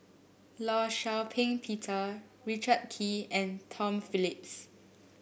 Law Shau Ping Peter Richard Kee and Tom Phillips